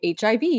HIV